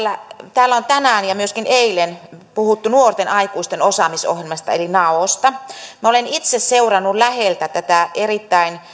täällä on tänään ja myöskin eilen puhuttu nuorten aikuisten osaamisohjelmasta eli naosta minä olen itse seurannut läheltä tätä erittäin